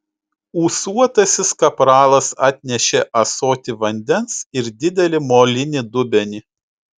ūsuotasis kapralas atnešė ąsotį vandens ir didelį molinį dubenį